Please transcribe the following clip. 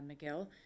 McGill